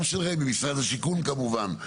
גם של רמ"י ומשרד השיכון כמובן,